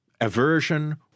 aversion